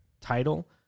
title